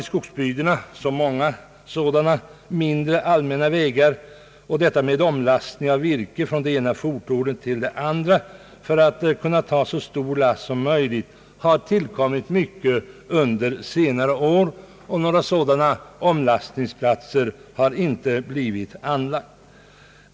I skogsbygderna är det gott om sådana små allmänna vägar, och omlastning av virke från det ena fordonet till det andra i syfte att ta så stor last som möjligt är något som tilltagit alltmera under senare år. Några omlastningsplatser har emellertid inte blivit anlagda.